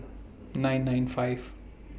nine nine five